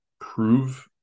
prove